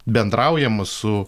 bendraujama su